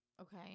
Okay